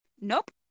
Nope